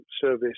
service